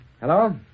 Hello